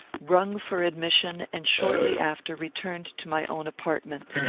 rung for admission, and shortly after returned to my own apartment.